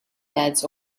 beds